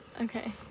okay